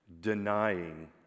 denying